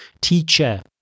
teacher